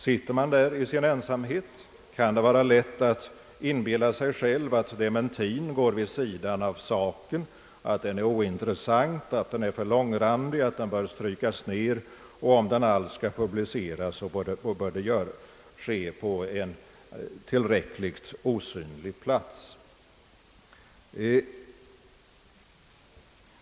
Sitter man där i sin ensamhet kan det vara lätt att inbilla sig själv att dementien går vid sidan av saken, att den är ointressant, att den är för långrandig, att den bör strykas ned, och om den alls skall publiceras så får det ske på en tillräckligt osynlig plats.